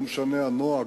לא משנה הנוהג,